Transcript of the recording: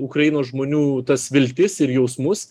ukrainos žmonių tas viltis ir jausmus